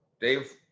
Dave